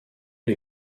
les